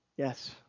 Yes